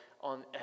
on